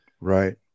Right